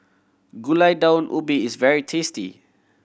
Gulai Daun Ubi is very tasty